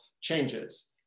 changes